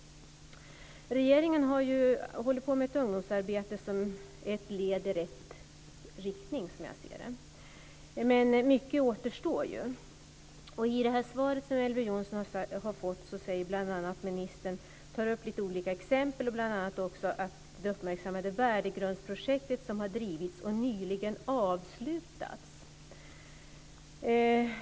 Regeringen har hållit på med ett ungdomsarbete som är ett led i rätt riktning, som jag ser det. Men mycket återstår. I det svar som Elver Jonsson har fått tar ministern upp några olika exempel, bl.a. det uppmärksammade värdegrundsprojekt som har drivits och nyligen avslutats.